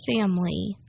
family